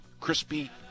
crispy